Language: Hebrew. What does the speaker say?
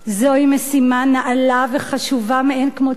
זוהי משימה נעלה וחשובה מאין כמותה,